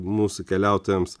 mūsų keliautojams